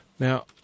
Now